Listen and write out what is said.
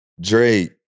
Drake